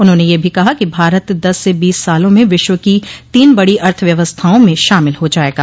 उन्होंने यह भी कहा कि भारत दस से बीस सालों में विश्व की तीन बड़ी अर्थव्यवस्थाओं में शामिल हो जायेगा